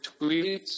tweets